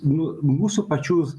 nu mūsų pačių